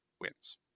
wins